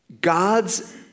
God's